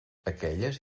aquelles